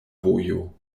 vojo